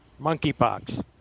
Monkeypox